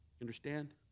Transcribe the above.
Understand